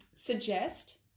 Suggest